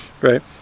right